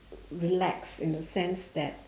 relaxed in a sense that